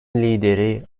lideri